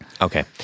Okay